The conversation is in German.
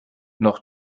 noch